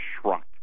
shrunk